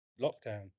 lockdown